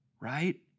right